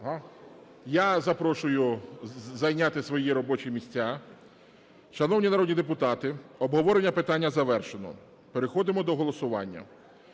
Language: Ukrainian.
я запрошую зайняти свої робочі місця. Шановні народні депутати, обговорення питання завершено. Переходимо до голосування.